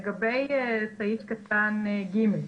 לגבי סעיף קטן (ג)